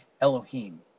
Elohim